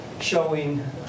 showing